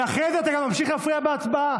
ואחרי זה אתה גם ממשיך להפריע בהצבעה.